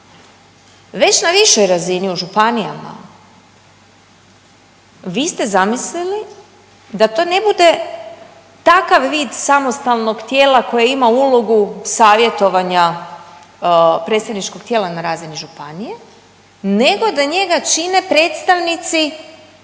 Već na višoj razini u županijama vi ste zamislili da to ne bude takav vid samostalnog tijela koje ima ulogu savjetovanja predstavničkog tijela na razini županije, nego da njega čine predstavnici